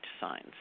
signs